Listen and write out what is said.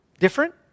Different